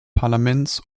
parlaments